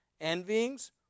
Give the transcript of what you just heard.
envyings